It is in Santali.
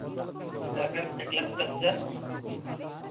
ᱮᱠ ᱮᱠᱞᱟᱠᱷ ᱯᱚᱧᱪᱟᱥ ᱦᱟᱡᱟᱨ